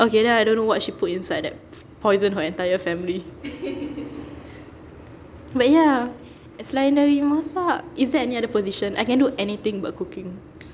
okay then I don't know what she put inside that poisoned her entire family but ya selain dari masak is there any other position I can do anything but cooking